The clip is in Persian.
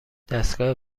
دستگاه